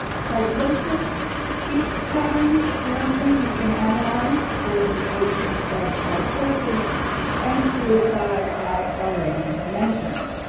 psychosis, speech patterns apparently have been analyzed for indications of psychosis and suicide, i already mentioned.